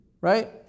right